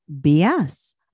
BS